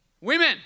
women